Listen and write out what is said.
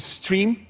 stream